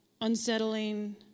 unsettling